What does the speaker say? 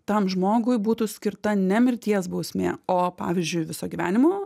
tam žmogui būtų skirta ne mirties bausmė o pavyzdžiui viso gyvenimo